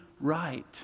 right